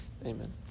Amen